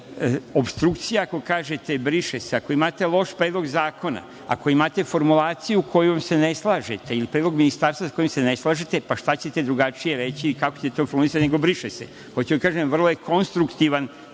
opstrukcija ako kažete – briše se. Ako imate loš predlog zakona, ako imate formulaciju sa kojom se ne slažete ili predlog ministarstva sa kojim se ne slažete, pa šta ćete drugačije reći i kako ćete to formulisati nego – briše se? Hoću da kažem, vrlo je konstruktivan